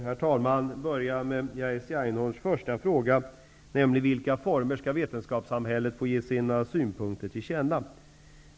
Herr talman! Låt mig börja med Jerzy Einhorns första fråga, nämligen i vilka former vetenskapssamhället skall få ge sina synpunkter till känna.